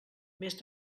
més